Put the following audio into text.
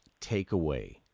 takeaway